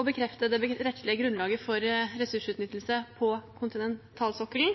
å bekrefte det rettslige grunnlaget for ressursutnyttelse på kontinentalsokkelen.